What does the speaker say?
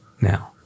now